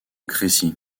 crécy